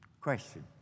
Question